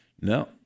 No